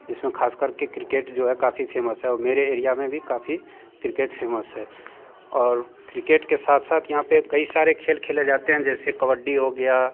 जिस में ख़ास कर के क्रिकेट जो है काफ़ी फेमस है और मेरे एरिया में भी काफ़ी क्रिकेट फेमस है और क्रिकेट के साथ साथ यहाँ पर कई सारे खेल खेले जाते हैं जैसे कबड्डी हो गया